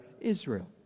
Israel